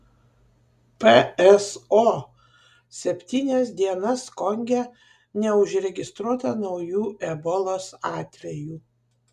pso septynias dienas konge neužregistruota naujų ebolos atvejų